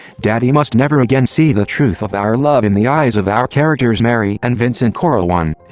daddy must never again see the truth of our love in the eyes of our characters mary and vincent corleone.